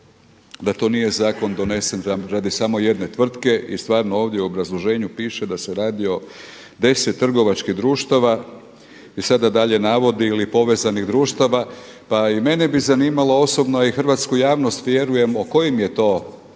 da to nije zakon donesen radi samo jedne tvrtke i stvarno ovdje u obrazloženju piše da se radi o 10 trgovačkih društava i sada dalje navodi ili povezanih društava. Pa i mene bi zanimalo osobno, a i hrvatsku javnost vjerujem o kojim je to 9 ostalih.